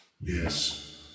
Yes